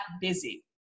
busy